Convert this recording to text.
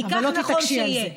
כי כך נכון שיהיה.